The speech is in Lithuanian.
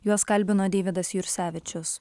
juos kalbino deividas jursevičius